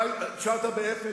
אתה נשארת באפס,